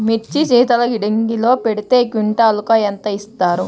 మిర్చి శీతల గిడ్డంగిలో పెడితే క్వింటాలుకు ఎంత ఇస్తారు?